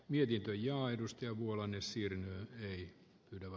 mietintö linjaa edusti vuolanne sievinen kannatan ed